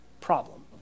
problem